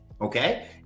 Okay